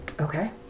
okay